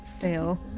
fail